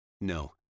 No